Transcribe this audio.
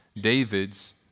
David's